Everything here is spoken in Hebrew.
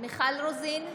מיכל רוזין,